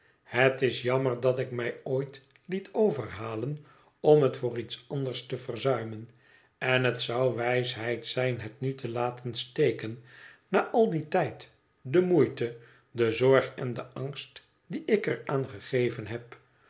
het is jammer dat ik mij ooit liet overhalen om het voor iets anders te verzuimen en het zou wijsheid zijn het nu te laten steken na al den tijd de moeite de zorg en den angst die ik er aan gegeven heb